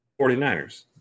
49ers